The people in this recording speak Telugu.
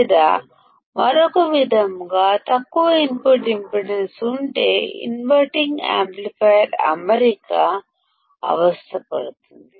లేదా మరొక విధంగా తక్కువ ఇన్పుట్ ఇంపిడెన్స్ ఉంటే ఇన్వర్టింగ్ యాంప్లిఫైయర్ అమరిక కి సమస్య అవుతుంది